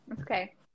Okay